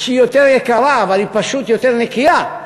שהיא יותר יקרה אבל היא פשוט יותר נקייה,